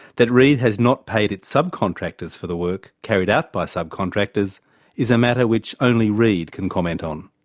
that reed has not paid its subcontractors for the work carried out by subcontractors is a matter which only reed can comment on.